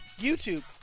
YouTube